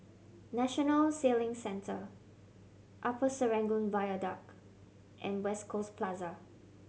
National Sailing Centre Upper Serangoon Viaduct and West Coast Plaza